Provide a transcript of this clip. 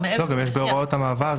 יש תשובה גם בהוראות המעבר.